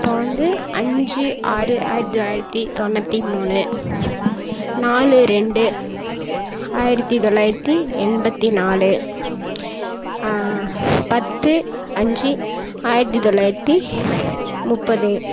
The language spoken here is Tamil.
அஞ்சு ஆறு ஆயிரத்தி தொள்ளாயிரத்தி தொண்ணூற்றி மூணு நாலு ரெண்டு ஆயிரத்தி தொள்ளாயிரத்தி எண்பத்தி நாலு பத்து அஞ்சு ஆயிரத்தி தொள்ளாயிரத்தி முப்பது